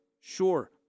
sure